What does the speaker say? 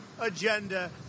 agenda